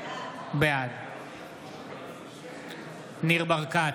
בעד ניר ברקת,